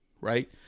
Right